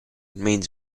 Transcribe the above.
means